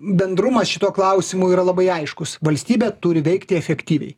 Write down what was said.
bendrumas šituo klausimu yra labai aiškus valstybė turi veikti efektyviai